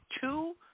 two